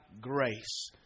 grace